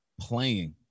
playing